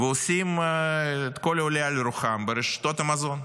ועושים ככל העולה על רוחם ברשתות המזון.